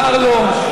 קר לו,